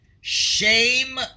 shame